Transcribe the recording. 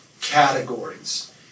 categories